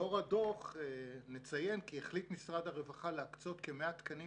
לאור הדוח נציין כי משרד הרווחה החליט להקצות כ-100 תקנים